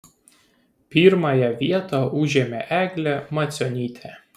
pirmąją vietą užėmė eglė macionytė